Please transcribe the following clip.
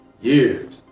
years